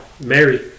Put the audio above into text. Mary